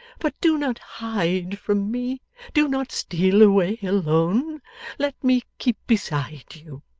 but do not hide from me do not steal away alone let me keep beside you.